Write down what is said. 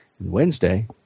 Wednesday